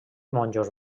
monjos